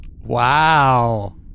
Wow